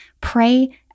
pray